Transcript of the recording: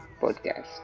podcast